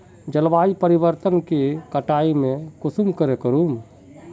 जलवायु परिवर्तन के कटाई में कुंसम करे करूम?